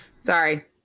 sorry